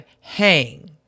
hang